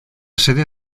sede